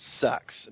sucks